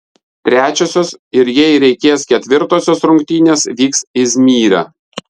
trečiosios ir jei reikės ketvirtosios rungtynės vyks izmyre